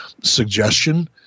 suggestion